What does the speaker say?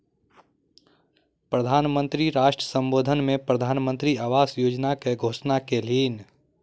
प्रधान मंत्री राष्ट्र सम्बोधन में प्रधानमंत्री आवास योजना के घोषणा कयलह्नि